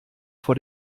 vor